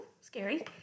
scary